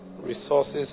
resources